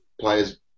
players